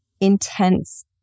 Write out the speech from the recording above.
intense